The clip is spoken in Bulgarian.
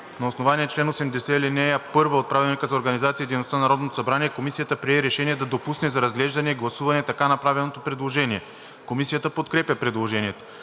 На основание чл. 80, ал. 1 от Правилника за организацията и дейността на Народното събрание Комисията прие решение да допусне за разглеждане и гласуване така направеното предложение. Комисията подкрепя предложението.